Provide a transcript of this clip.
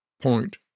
point